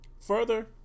Further